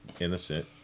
innocent